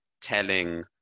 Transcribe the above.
telling